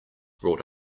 brought